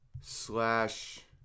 slash